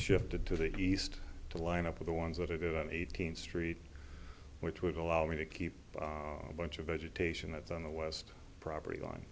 shifted to the east to line up of the ones that are good on eighteenth street which would allow me to keep a bunch of vegetation that's on the west property line